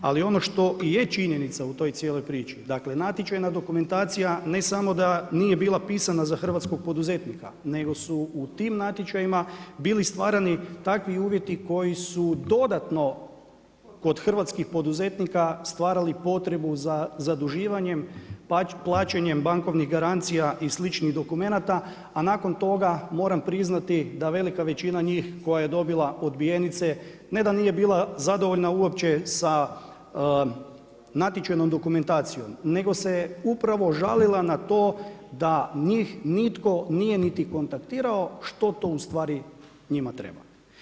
Ali ono što je činjenica u toj cijeloj priči, dakle natječajna dokumentacija ne samo da nije bila pisana za hrvatskog poduzetnika nego su u tim natječajima bili stvarani takvi uvjeti koji su dodatno, od hrvatskih poduzetnika stvarali potrebu za zaduživanjem, plaćanjem bankovnih garancija i sličnih dokumenata, a nakon toga moram priznati, da velika većina njih koja je dobila odbijenice, ne da nije bila zadovoljna uopće sa natječajnom dokumentacijom, nego se je upravo žalila na to da njih nitko nije niti kontaktirao što to ustvari njima treba.